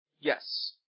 Yes